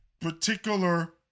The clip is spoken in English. particular